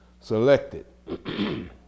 selected